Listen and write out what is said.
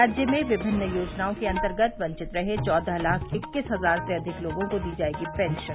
राज्य में विमिन्न योजनाओं के अन्तर्गत वंचित रहे चौदह लाख इक्कीस हजार से अधिक लोगों को दी जायेगी पेंशन